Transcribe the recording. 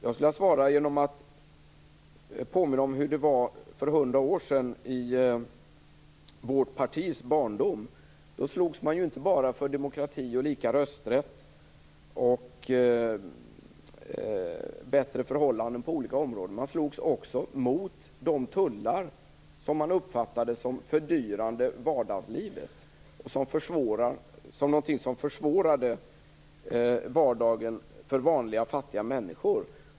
Jag skulle vilja svara genom att påminna om hur det var för hundra år sedan i vårt partis barndom. Då slogs man ju inte bara för demokrati, lika rösträtt och bättre förhållanden på olika områden. Man slogs också mot de tullar som man uppfattade som fördyrande i vardagslivet, som något som försvårade vardagen för vanliga fattiga människor.